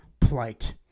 plight